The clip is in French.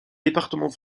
département